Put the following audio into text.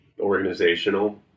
Organizational